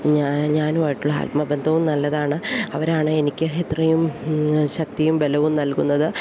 ഞാനുമായിട്ടുള്ള ആത്മബന്ധവും നല്ലതാണ് അവരാണ് എനിക്ക് എത്രയും ശക്തിയും ബ ലവും നൽകുന്നത്